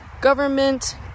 government